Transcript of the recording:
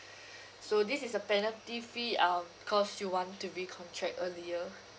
so this is a penalty fee um because you want to recontract earlier